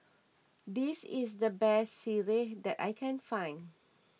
this is the best Sireh that I can find